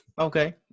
Okay